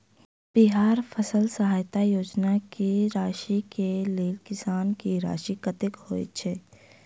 बिहार फसल सहायता योजना की राशि केँ लेल किसान की राशि कतेक होए छै?